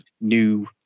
new